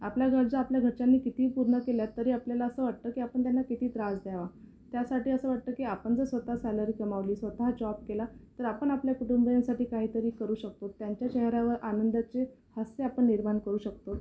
आपल्या गरजा आपल्या घरच्यांनी कितीही पूर्ण केल्यात तरी आपल्याला असं वाटतं की आपण त्यांना किती त्रास द्यावा त्यासाठी असं वाटतं की आपण जर स्वत सॅलरी कमावली स्वतः जॉब केला तर आपण आपल्या कुटुंबियांसाठी काहीतरी करू शकतो त्यांच्या चेहऱ्यावर आनंदाचे हास्य आपण निर्माण करू शकतो